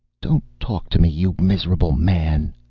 don't talk to me, you miserable man,